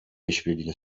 işbirliğiyle